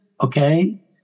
Okay